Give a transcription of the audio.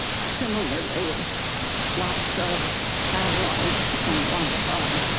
similarly, lots of satellites and wifi.